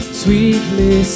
sweetly